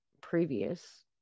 previous